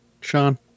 Sean